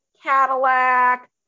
Cadillac